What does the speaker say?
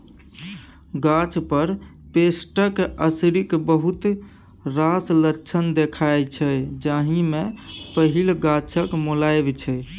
गाछ पर पेस्टक असरिक बहुत रास लक्षण देखाइ छै जाहि मे पहिल गाछक मौलाएब छै